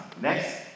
Next